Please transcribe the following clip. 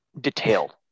detailed